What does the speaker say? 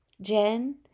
Jen